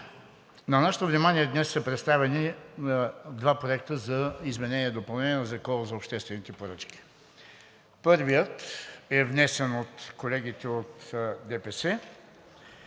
На нашето внимание днес са представени два проекта за изменение и допълнение на Закона за обществените поръчки. Първият е внесен от колегите от ДПС,